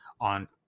On